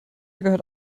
gehört